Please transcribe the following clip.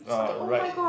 uh right